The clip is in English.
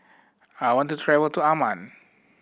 I want to travel to Amman